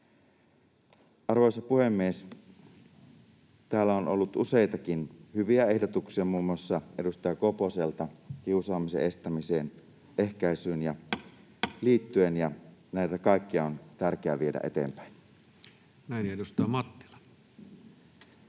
Arvoisa puhemies! Täällä on ollut useitakin hyviä ehdotuksia, muun muassa edustaja Koposelta, kiusaamisen estämiseen ja ehkäisyyn liittyen, ja näitä kaikkia on tärkeää viedä eteenpäin. [Speech 43]